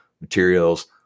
materials